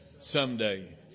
someday